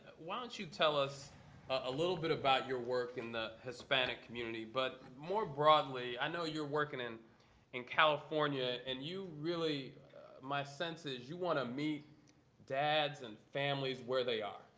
why don't you tell us a little bit about your work in the hispanic community. but more broadly, i know you're working in in california and you really my sense is you want to meet dads and families where they are.